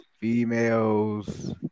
Females